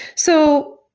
so,